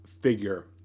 figure